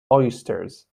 oysters